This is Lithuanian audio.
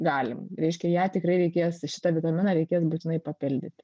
galim reiškia ją tikrai reikės šitą vitaminą reikės būtinai papildyti